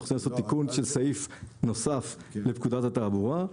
אנחנו צריכים לעשות תיקון של סעיף נוסף לפקודת התעבורה.